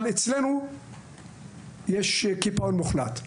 אבל אצלנו יש קיפאון מוחלט.